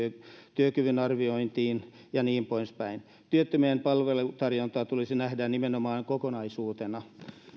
työkyvyn arviointiin ja niin poispäin työttömien palvelujen tarjonta tulisi nähdä nimenomaan kokonaisuutena